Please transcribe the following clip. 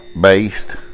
based